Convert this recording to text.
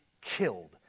killed